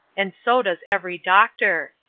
and so does every doctor.